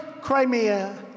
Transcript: Crimea